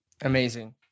Amazing